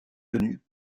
tenu